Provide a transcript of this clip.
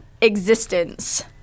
existence